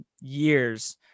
years –